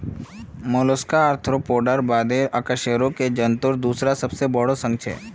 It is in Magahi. मोलस्का आर्थ्रोपोडार बादे अकशेरुकी जंतुर दूसरा सबसे बोरो संघ छे